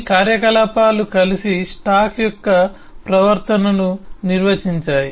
ఈ కార్యకలాపాలు కలిసి స్టాక్ యొక్క ప్రవర్తనను నిర్వచించాయి